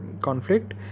conflict